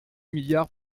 milliards